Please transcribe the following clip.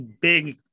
big